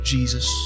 Jesus